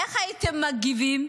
איך הייתם מגיבים?